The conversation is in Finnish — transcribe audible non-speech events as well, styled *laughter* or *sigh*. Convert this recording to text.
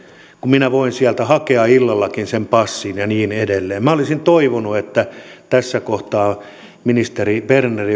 kun minä voin hakea sieltä illallakin sen passin ja niin edelleen minä olisin toivonut että kun tässä kohtaa ministeri berner *unintelligible*